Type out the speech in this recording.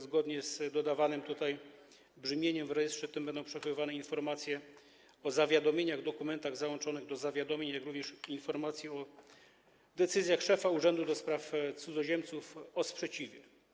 Zgodnie z dodawanym brzmieniem w rejestrze tym będą przechowywane informacje o zawiadomieniach, dokumentach załączonych do zawiadomień, jak również informacje o decyzjach szefa Urzędu do Spraw Cudzoziemców o sprzeciwie.